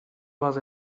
was